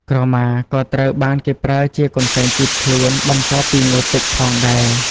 ក្រមាក៏ត្រូវបានគេប្រើជា កន្សែងជូតខ្លួន បន្ទាប់ពីងូតទឹកផងដែរ។